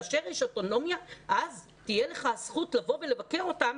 כאשר יש אוטונומיה אז תהיה לך הזכות לבקר אותם.